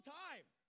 time